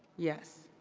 yes.